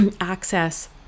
access